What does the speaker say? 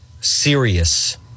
serious